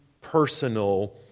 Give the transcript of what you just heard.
personal